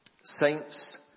Saints